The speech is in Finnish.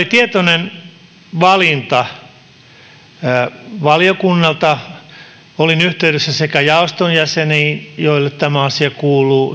tietoinen valinta valiokunnalta olin yhteydessä sekä jaoston jäseniin joille tämä asia kuuluu